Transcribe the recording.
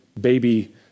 baby